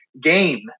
game